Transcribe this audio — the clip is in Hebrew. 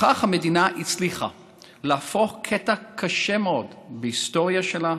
בכך המדינה הצליחה להפוך קטע קשה מאוד בהיסטוריה שלה